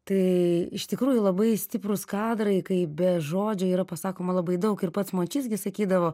tai iš tikrųjų labai stiprūs kadrai kai ne žodžio yra pasakoma labai daug ir pats mončys gi sakydavo